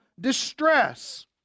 distress